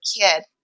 kid